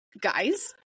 guys